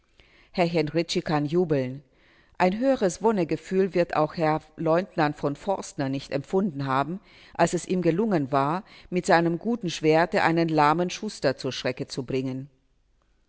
herr henrici kann jubeln ein höheres wonnegefühl wird auch der leutnant v forstner nicht empfunden haben als es ihm gelungen war mit seinem guten schwerte einen lahmen schuster zur strecke zu bringen